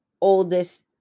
oldest